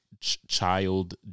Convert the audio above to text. child